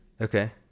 Okay